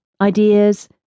ideas